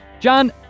John